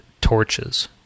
torches